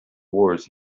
wars